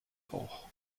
auch